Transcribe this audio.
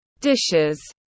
dishes